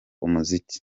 umuziki